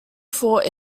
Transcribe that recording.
fought